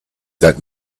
that